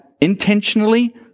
intentionally